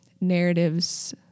narratives